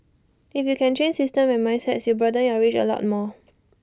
if you can change systems and mindsets you broaden your reach A lot more